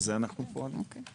לזה אנחנו פועלים.